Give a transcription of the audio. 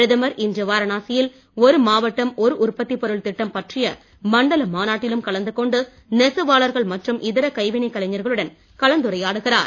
பிரதமர் இன்று வாரணாசி யில் ஒரு மாவட்டம் ஒரு உற்பத்திப் பொருள் திட்டம் பற்றிய மண்டல மாநாட்டிலும் கலந்துகொண்டு நெசவாளர்கள் மற்றும் இதர கைவினைக் கலைஞர்களுடன் கலந்துரையாடினார்